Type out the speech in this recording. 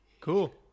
Cool